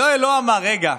יואל לא אמר: רגע,